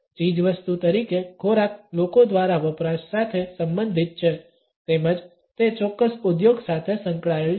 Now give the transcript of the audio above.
ચીજવસ્તુ તરીકે ખોરાક લોકો દ્વારા વપરાશ સાથે સંબંધિત છે તેમજ તે ચોક્કસ ઉદ્યોગ સાથે સંકળાયેલ છે